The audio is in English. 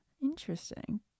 interesting